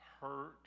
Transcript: hurt